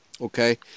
Okay